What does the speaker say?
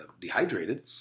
dehydrated